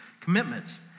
commitments